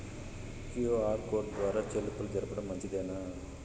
QR code ద్వారా చెల్లింపులు జరపడం మంచిదేనా?